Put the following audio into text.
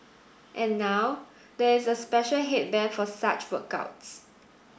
and now there is a special headband for such workouts